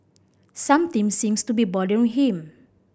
something seems to be bothering him